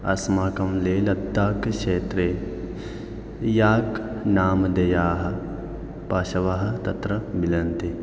अस्माकं लेह्लद्दाक्षेत्रे याक् नामधेयाः पशवः तत्र मिलन्ति